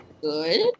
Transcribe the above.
good